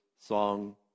song